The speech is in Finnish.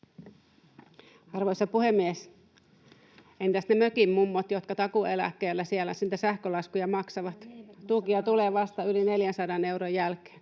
Arvoisa puhemies! Entäs ne mökinmummot, jotka takuueläkkeellä niitä sähkölaskuja maksavat? Tukea tulee vasta yli 400 euron jälkeen,